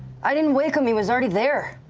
i didn't wake him, he was already there.